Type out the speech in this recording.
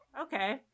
okay